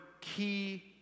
key